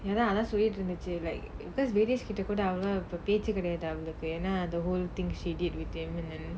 ya lah அதான் சொல்லிட்டு இருந்துச்சி:athaan solittu irunthuchi like because அவ்ளோவா இப்போ பேச்சு கெடயாது அவளுக்கு:avlovaa ippo pechu kedayaathu avalukku the whole thing she did with him and then